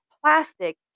plastic